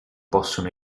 possono